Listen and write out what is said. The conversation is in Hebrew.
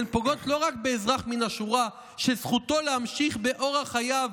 הן פוגעות לא רק באזרח מן השורה שזכותו להמשיך באורח חייו